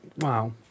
wow